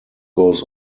goes